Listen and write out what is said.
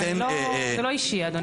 זה לא אישי, אדוני.